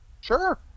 Sure